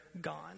gone